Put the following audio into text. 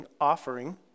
offering